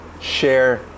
share